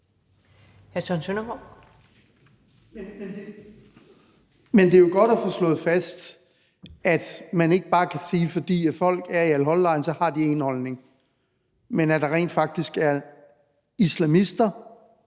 Men det er jo godt at få slået fast, at man ikke bare kan sige, at fordi folk er i al-Hol-lejren, har de én holdning, men at der rent faktisk er hardcore